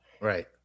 Right